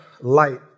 light